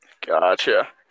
gotcha